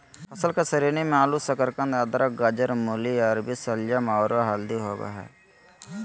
फसल के श्रेणी मे आलू, शकरकंद, अदरक, गाजर, मूली, अरबी, शलजम, आरो हल्दी आबो हय